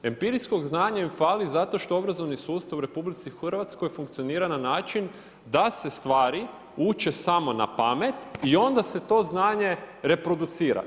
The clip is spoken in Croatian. Empirijskog znanja im fali zato što obrazovni sustav u RH funkcionira na način da se stvari uče samo na pamet i onda se to znanje reproducira.